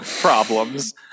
problems